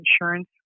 insurance